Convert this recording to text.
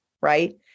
right